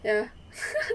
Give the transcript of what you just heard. ya